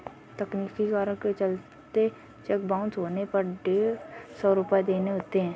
तकनीकी कारण के चलते चेक बाउंस होने पर डेढ़ सौ रुपये देने होते हैं